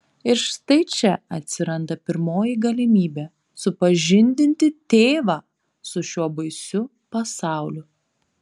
ir štai čia atsiranda pirmoji galimybė supažindinti tėvą su šiuo baisiu pasauliu